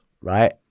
right